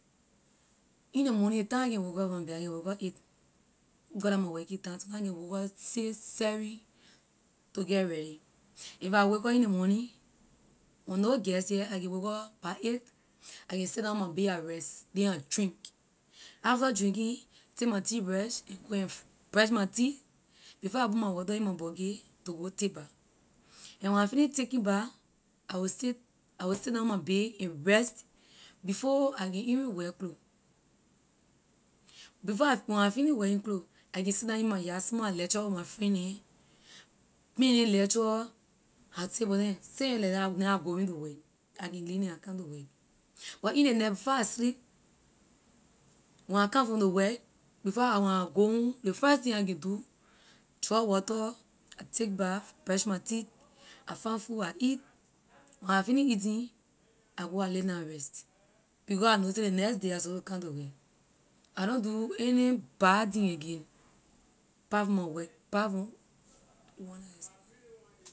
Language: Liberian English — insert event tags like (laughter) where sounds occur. In ley morning ley time where I can wake up from bed I can wake up eight because la my working time sometime I can wake up six seven to get ready if I wake up in ley morning when no guest here I can wake up by eight I can sit down on my bay I rest then I drink after drinking take my teeth brush and go and brush my teeth before I put my water in my bucky to go take bath and when I finish taking bath I will sit I will sit down on my bay and rest before I can even wear clothes before I when I finish wearing clothes I can sit down in my yard small I lecture with my friend neh me and neh lecture I say but then since a like that I going to work I can lee neh I come to work but in ley night before I sleep when I come from to work before I when I go home ley first thing I can do draw water I take bath brush my teeth I find food I eat when I finish eating I go I lay down I rest because I know say ley next day I suppose to come to work I don’t do anything bad thing again part from my work part from (unintelligible)